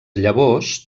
llavors